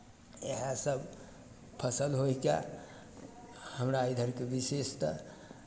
इएहसभ फसल होयके हमरा इधरके विशेषतः